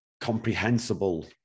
comprehensible